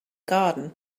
garden